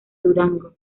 durango